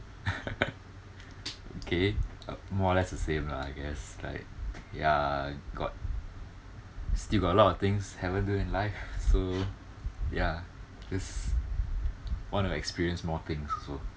okay uh more or less the same lah I guess like ya got still got a lot of things haven't do in life so ya just want to experience more things also